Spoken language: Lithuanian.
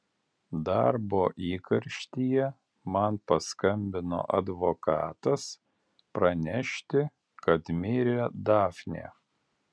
darbo įkarštyje man paskambino advokatas pranešti kad mirė dafnė